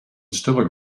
still